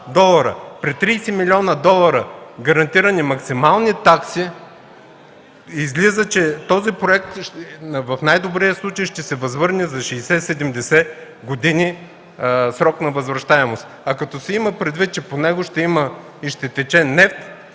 При 30 милиарда долара гарантирани максимални такси, излиза, че този проект в най-добрия случай ще се възвърне за 60-70 години срок на възвръщаемост. Като се има предвид, че по него ще тече нефт,